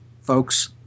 folks